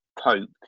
Pope